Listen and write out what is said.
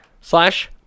slash